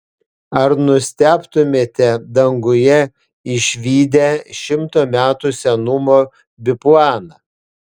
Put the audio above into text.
ar nustebtumėte danguje išvydę šimto metų senumo biplaną